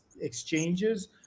exchanges